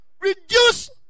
reduce